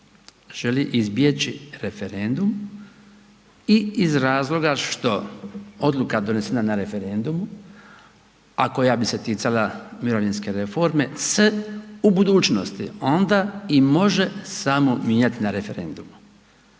želi izbjeći referendum i iz razloga što odluka donesena na referendumu, a koja bi se ticala mirovinske reforme se u budućnosti onda i može samo mijenjati na referendumu.